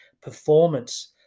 performance